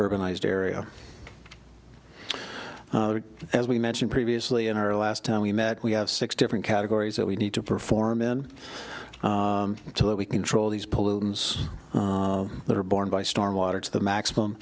urbanized area as we mentioned previously in our last time we met we have six different categories that we need to perform in to that we control these pollutants that are borne by storm water to the maximum